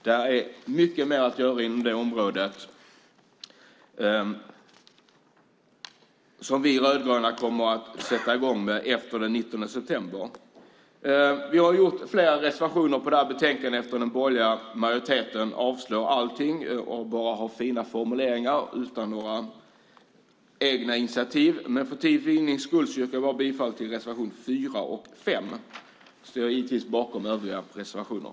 Det finns mycket mer att göra inom det området. Det kommer vi rödgröna att sätta i gång med efter den 19 september. Vi har flera reservationer i det här betänkandet. Den borgerliga majoriteten avslår alla och har fina formuleringar utan egna initiativ. För tids vinnande yrkar jag bifall bara till reservationerna 4 och 5. Jag står givetvis bakom övriga reservationer.